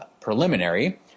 preliminary